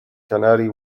canary